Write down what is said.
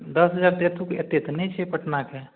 दस हजार एक पीठके एतेक तऽ नहि छै पटनाके